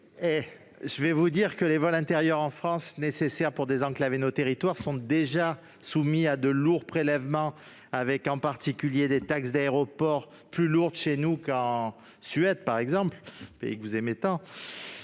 Ainsi, les vols intérieurs en France, nécessaires pour désenclaver nos territoires, sont déjà soumis à de lourds prélèvements, avec en particulier des taxes d'aéroport, qui sont plus élevées chez nous qu'en Suède, par exemple, ce pays que vous aimez tant.